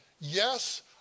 yes